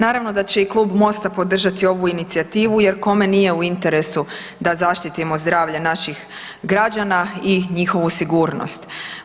Naravno da će i Klub Mosta podržati ovu inicijativu jer kome nije u interesu da zaštitimo zdravlje naših građana i njihovu sigurnost.